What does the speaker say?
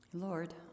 Lord